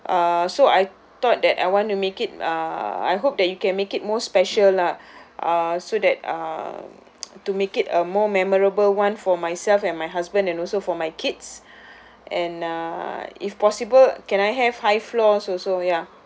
uh so I thought that I want to make it uh I hope that you can make it more special lah uh so that um to make it a more memorable [one] for myself and my husband and also for my kids and uh if possible can I have high floors also ya